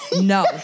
No